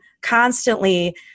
constantly